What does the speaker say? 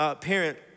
parent